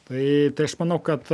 tai tai aš manau kad